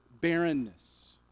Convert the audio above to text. barrenness